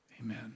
amen